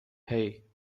hey